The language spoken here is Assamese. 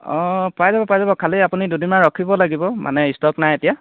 অঁ পাই যাব পাই যাব খালী আপুনি দুদিনমান ৰখিব লাগিব মানে ষ্টক নাই এতিয়া